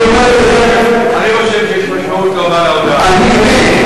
אני חושב שיש משמעות רבה להודעה הזאת.